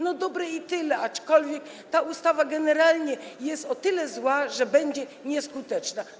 No dobre i tyle, aczkolwiek ta ustawa generalnie jest o tyle zła, że będzie nieskuteczna.